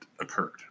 occurred